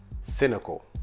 cynical